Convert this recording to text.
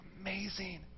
amazing